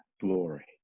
glory